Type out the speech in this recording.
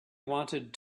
wanted